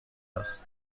است